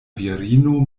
virino